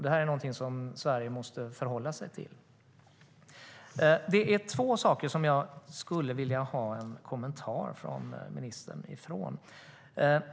Det är något som Sverige måste förhålla sig till. Det är två saker som jag skulle vilja ha en kommentar från ministern om.